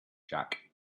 jack